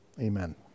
Amen